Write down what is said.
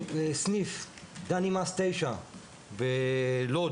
סניף בדני מס 9 בלוד.